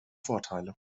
vorteile